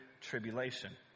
tribulation